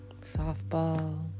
softball